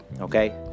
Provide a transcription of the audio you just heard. okay